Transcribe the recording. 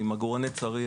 עם עגורני צריח,